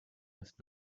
das